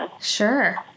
Sure